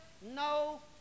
no